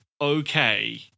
okay